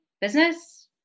business